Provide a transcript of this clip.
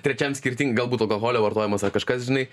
trečiam skirting galbūt alkoholio vartojimas ar kažkas žinai